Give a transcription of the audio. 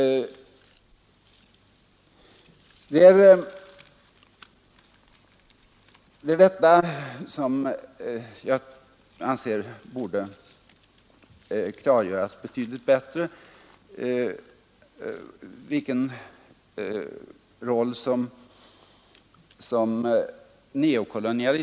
Vilken roll neokolonialismen spelar anser jag borde klargöras betydligt bättre.